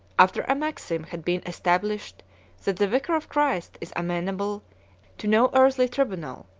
after a maxim had been established that the vicar of christ is amenable to no earthly tribunal,